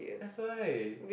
that's why